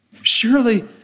Surely